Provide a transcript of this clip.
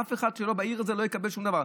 אף אחד שלא מהעיר הזאת לא יקבל שום דבר.